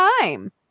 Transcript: time